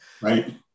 right